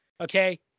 Okay